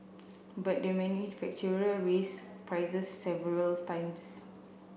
but the manufacturer raised prices several times